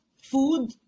food